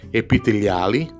epiteliali